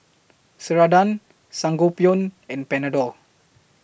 Ceradan Sangobion and Panadol